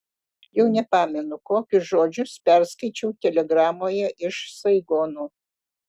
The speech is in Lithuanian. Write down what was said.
jau nepamenu kokius žodžius perskaičiau telegramoje iš saigono